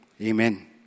Amen